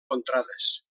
contrades